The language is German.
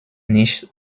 nicht